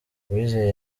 uwizeye